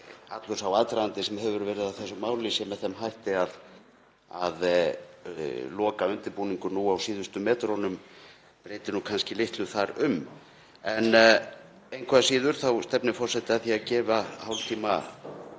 allur sá aðdragandi sem hefur verið að þessu máli sé með þeim hætti að lokaundirbúningur nú á síðustu metrunum breyti kannski litlu þar um. En engu að síður stefnir forseti að því að gefa hálftímahlé